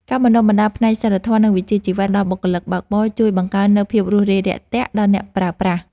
ការបណ្ដុះបណ្ដាលផ្នែកសីលធម៌ និងវិជ្ជាជីវៈដល់បុគ្គលិកបើកបរជួយបង្កើននូវភាពរួសរាយរាក់ទាក់ដល់អ្នកប្រើប្រាស់។